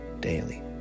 daily